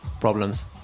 problems